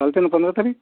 चालते ना पंदरा तारीक